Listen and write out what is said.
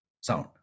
sound